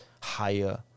higher